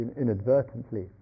inadvertently